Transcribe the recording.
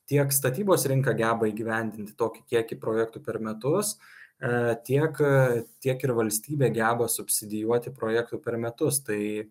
tiek statybos rinka geba įgyvendinti tokį kiekį projektų per metus e tiek tiek ir valstybė geba subsidijuoti projektų per metus tai